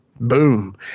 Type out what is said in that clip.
Boom